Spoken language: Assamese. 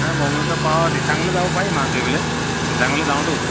দিচাঙলৈ যাব পাৰি মছ ধৰিবলে দিচাঙলে যাওঁতো